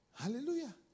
Hallelujah